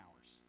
hours